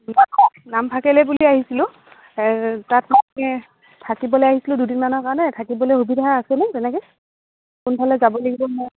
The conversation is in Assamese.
নামফাকেলৈ বুলি আহিছিলোঁ তাত আমি মানে থাকিবলৈ আহিছিলোঁ দুদিনমানৰ কাৰণে থাকিবলৈ সুবিধা আছেনে তেনেকৈ কোনফালে যাব লাগিব মই